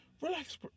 relax